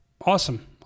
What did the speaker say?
Awesome